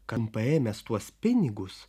kam paėmęs tuos pinigus